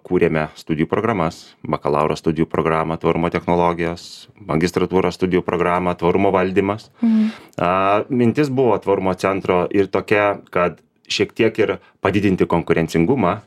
kūrėme studijų programas bakalauro studijų programą tvarumo technologijos magistratūros studijų programą tvarumo valdymas aaa mintis buvo tvarumo centro ir tokia kad šiek tiek ir padidinti konkurencingumą